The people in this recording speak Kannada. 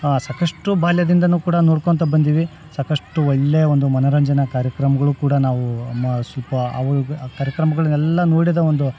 ಸಾಕಷ್ಟು ಬಾಲ್ಯದಿಂದಲೂ ಕೂಡ ನೋಡ್ಕೋಳ್ತಾ ಬಂದೀವಿ ಸಾಕಷ್ಟು ಒಳ್ಳೆ ಒಂದು ಮನರಂಜನೆ ಕಾರ್ಯಕ್ರಮಗಳು ಕೂಡ ನಾವು ಅಮ್ಮ ಸ್ವಲ್ಪ ಕಾರ್ಯಕ್ರಮಗಳನ್ನೆಲ್ಲ ನೋಡಿದ ಒಂದು